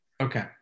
Okay